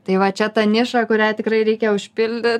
tai va čia ta niša kurią tikrai reikia užpildyt